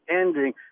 ending